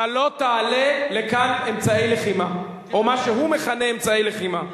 אתה לא תעלה לכאן אמצעי לחימה או מה שהוא מכנה אמצעי לחימה.